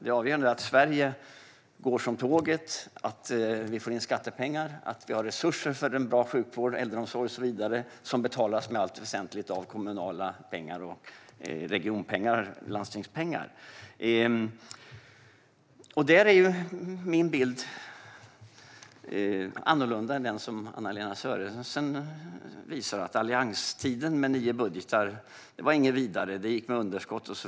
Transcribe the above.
Det avgörande är att Sverige går som tåget, att vi får in skattepengar och har resurser för en bra sjukvård, äldreomsorg och så vidare som i allt väsentligt betalas med kommunala pengar, regionpengar och landstingspengar. Där är min bild annorlunda än den som Anna-Lena Sörenson visar med att allianstiden med nio budgetar inte var något vidare. Det gick med underskott.